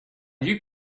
you